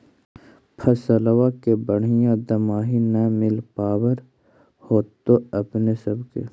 फसलबा के बढ़िया दमाहि न मिल पाबर होतो अपने सब के?